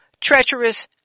treacherous